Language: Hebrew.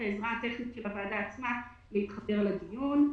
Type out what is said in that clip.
העזרה הטכנית של הוועדה עצמה להתחבר לדיון.